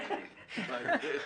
כגורלי,